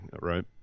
Right